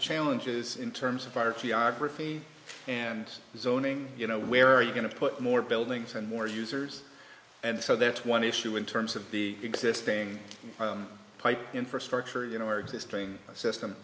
challenges in terms of our geography and zoning you know where are you going to put more buildings and more users and so that's one issue in terms of the existing pipe infrastructure you know where existing system